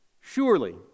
surely